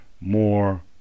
more